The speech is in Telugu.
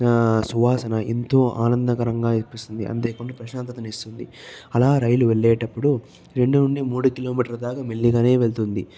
సువాసన ఎంతో ఆనందకరంగా అనిపిస్తుంది అంతే కాకుండా ప్రశాంతతను ఇస్తుంది అలా రైలు వెళ్ళేటప్పుడు రెండు నుండి మూడు కిలోమీటర్లు దాక మెల్లిగానే వెళ్తుంది